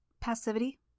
Passivity